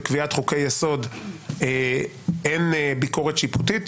שבקביעת חוקי היסוד אין ביקורת שיפוטית.